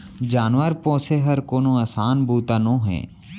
जानवर पोसे हर कोनो असान बूता नोहे